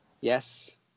yes